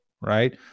right